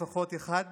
לפחות אחד נוסף?